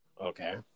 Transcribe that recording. Okay